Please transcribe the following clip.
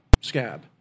scab